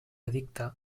edicte